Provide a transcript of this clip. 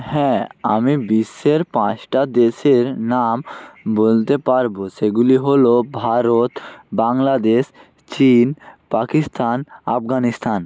হ্যাঁ আমি বিশ্বের পাঁচটা দেশের নাম বলতে পারবো সেগুলি হলো ভারত বাংলাদেশ চীন পাকিস্তান আফগানিস্তান